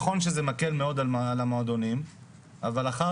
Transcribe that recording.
נכון שזה מקל מאוד על המועדונים אבל אחר